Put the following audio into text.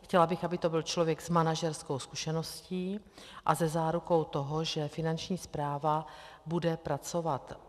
Chtěla bych, aby to byl člověk s manažerskou zkušeností a se zárukou toho, že Finanční správa bude pracovat.